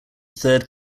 third